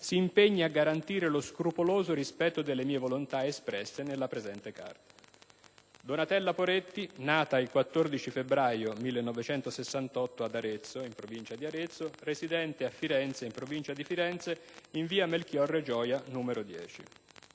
«si impegni a garantire lo scrupoloso rispetto delle mie volontà espresse nella presente carta. Donatella Poretti, nata il 14 febbraio 1968 ad Arezzo, provincia di Arezzo, e residente a Firenze, provincia di Firenze, in via Melchiorre Gioia 10.